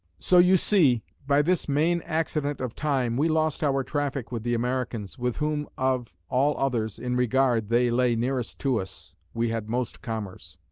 so you see, by this main accident of time, we lost our traffic with the americans, with whom of, all others, in regard they lay nearest to us, we had most commerce.